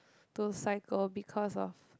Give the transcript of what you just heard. to cycle because of